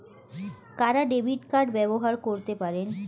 কারা debit card ব্যবহার করতে পারেন?